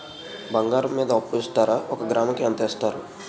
బంగారం మీద అప్పు ఇస్తారా? ఒక గ్రాము కి ఎంత ఇస్తారు?